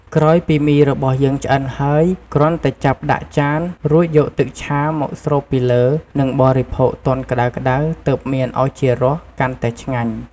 ក្រោយពីមីរបស់យើងឆ្អិនហើយ គ្រាន់តែចាប់ដាក់ចាន រួចយកទឹកឆាមកស្រូបពីលើ និងបរិភោគទាន់ក្តៅៗទើបមានឱជារសកាន់ឆ្ងាញ់។